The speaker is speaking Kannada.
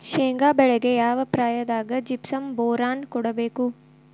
ಶೇಂಗಾ ಬೆಳೆಗೆ ಯಾವ ಪ್ರಾಯದಾಗ ಜಿಪ್ಸಂ ಬೋರಾನ್ ಕೊಡಬೇಕು?